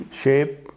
shape